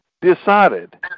decided